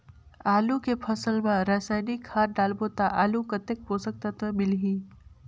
आलू के फसल मा रसायनिक खाद डालबो ता आलू कतेक पोषक तत्व मिलही?